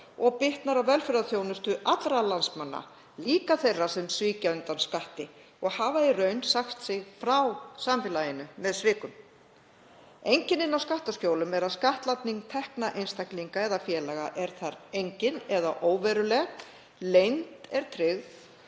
og bitnar á velferðarþjónustu allra landsmanna, líka þeirra sem svíkja undan skatti og hafa í raun sagt sig frá samfélaginu með svikum. Einkennið á skattaskjólum er að skattlagning tekna einstaklinga eða félaga er þar engin eða óveruleg, leynd er tryggð